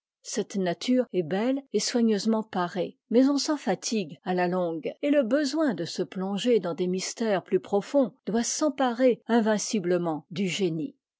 cette nature est belle et soigneusement parée mais on s'en fatigue à la longue et le besoin de se plonger dans des mystères plus profonds doit s'emparer invinciblement du génie